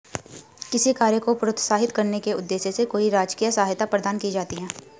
किसी कार्य को प्रोत्साहित करने के उद्देश्य से कोई राजकीय सहायता प्रदान की जाती है